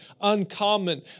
uncommon